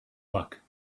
luck